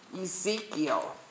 Ezekiel